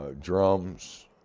Drums